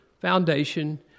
foundation